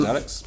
Alex